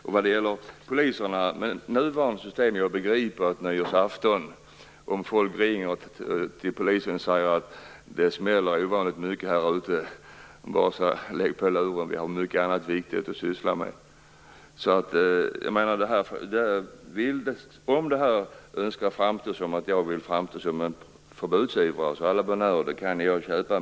Om människor ringer till polisen en nyårsafton och säger att det smäller ovanligt mycket, så förstår jag att man säger att man har annat mycket viktigt att syssla med och lägger på luren. Om det finns en önskan att framställa mig som en förbudsivrare, så à la bonne heure; det kan jag köpa.